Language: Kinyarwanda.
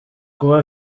kuba